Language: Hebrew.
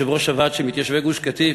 יושב-ראש הוועד של מתיישבי גוש-קטיף,